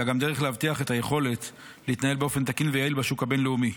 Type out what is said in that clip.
אלא גם דרך להבטיח את היכולת להתנהל באופן תקין ויעיל בשוק הבין-לאומי.